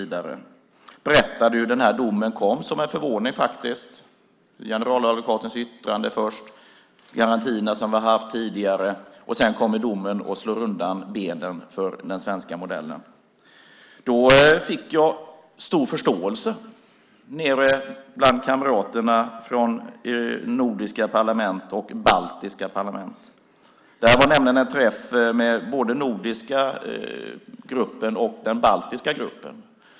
Jag berättade om att den här domen egentligen kom som en överraskning. Först kom generaladvokatens yttrande och detta med garantierna som vi har haft tidigare. Sedan kommer domen och slår undan benen för den svenska modellen. Då fick jag stor förståelse bland kamraterna från nordiska parlament och baltiska parlament. Det här var nämligen en träff med både den nordiska gruppen och den baltiska gruppen.